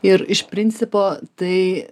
ir iš principo tai